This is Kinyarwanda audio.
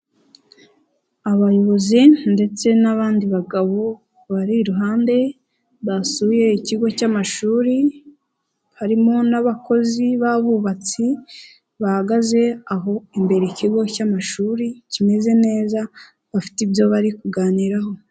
Abayobozi ndetse n'abandi bagabo bari iruhande basuye ikigo cy'amashuri, harimo n'abakozi b'abubatsi bahagaze aho imbere ikigo cy'amashuri kimeze neza bafite ibyo bari kuganiraho.